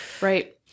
Right